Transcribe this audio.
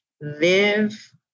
live